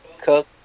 cook